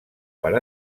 per